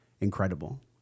incredible